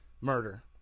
murder